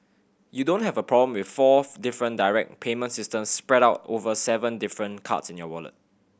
you don't have a problem with four different direct payment systems spread out over seven different cards in your wallet